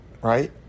Right